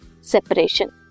separation